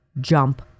Jump